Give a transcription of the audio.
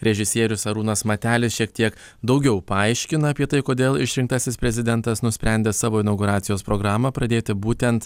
režisierius arūnas matelis šiek tiek daugiau paaiškina apie tai kodėl išrinktasis prezidentas nusprendė savo inauguracijos programą pradėti būtent